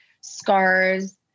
scars